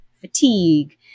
Fatigue